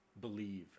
Believe